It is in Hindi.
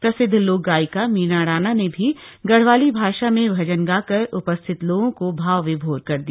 प्रसिद्ध लोक गायिका मीना राणा ने भी गढ़वाली भाषा में भजन गाकर उपस्थित लोगों को भाव विभोर कर दिया